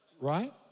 right